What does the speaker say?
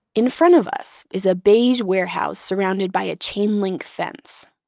in front of us is a beige warehouse surrounded by a chain-link fence.